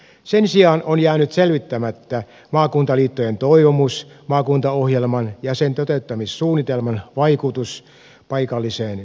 sen sijaan on jäänyt selvittämättä maakunnan liittojen toivomuksen mukaisesti maakuntaohjelman ja sen toteuttamissuunnitelman vaikutus paikallisiin viranomaisiin